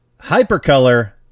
Hypercolor